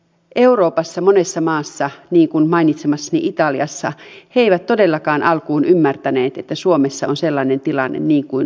euroopassa monessa maassa niin kuin mainitsemassani italiassa he eivät todellakaan alkuun ymmärtäneet että suomessa on sellainen tilanne niin kuin on